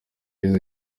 izi